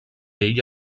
ell